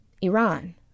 Iran